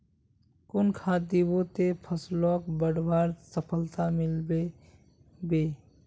कुन खाद दिबो ते फसलोक बढ़वार सफलता मिलबे बे?